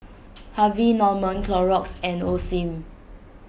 Harvey Norman Clorox and Osim